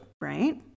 right